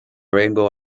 rainbow